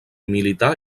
militar